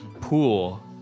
pool